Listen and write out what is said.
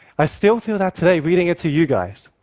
i still feel that today, reading it to you guys.